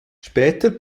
später